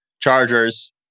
Chargers